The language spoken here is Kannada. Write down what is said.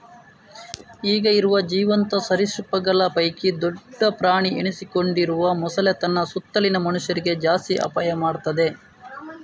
ಈಗ ಇರುವ ಜೀವಂತ ಸರೀಸೃಪಗಳ ಪೈಕಿ ದೊಡ್ಡ ಪ್ರಾಣಿ ಎನಿಸಿಕೊಂಡಿರುವ ಮೊಸಳೆ ತನ್ನ ಸುತ್ತಲಿನ ಮನುಷ್ಯರಿಗೆ ಜಾಸ್ತಿ ಅಪಾಯ ಮಾಡ್ತದೆ